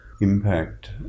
impact